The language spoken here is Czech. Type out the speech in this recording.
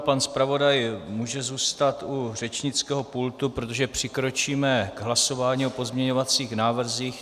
Pan zpravodaj může zůstat u řečnického pultu, protože přikročíme k hlasování o pozměňovacích návrzích.